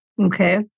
Okay